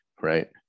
right